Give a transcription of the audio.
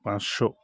পাঁচশো